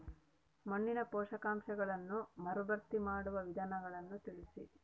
ಮಣ್ಣಿನ ಪೋಷಕಾಂಶಗಳನ್ನು ಮರುಭರ್ತಿ ಮಾಡುವ ವಿಧಾನಗಳನ್ನು ತಿಳಿಸಿ?